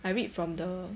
I read from the